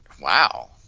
Wow